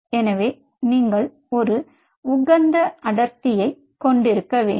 எனவே நீங்கள் ஒரு உகந்த அடர்த்தியைக் கொண்டிருக்க வேண்டும்